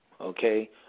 okay